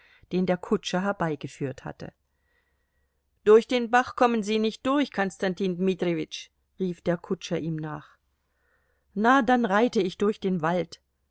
den der kutscher herbeigeführt hatte durch den bach kommen sie nicht durch konstantin dmitrijewitsch rief der kutscher ihm nach na dann reite ich durch den wald